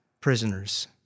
prisoners